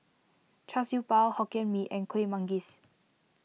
Char Siew Bao Hokkien Mee and Kueh Manggis